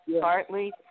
Partly